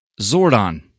Zordon